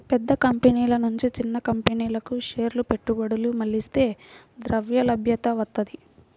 పెద్ద కంపెనీల నుంచి చిన్న కంపెనీలకు షేర్ల పెట్టుబడులు మళ్లిస్తే ద్రవ్యలభ్యత వత్తది